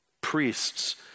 priests